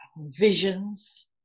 visions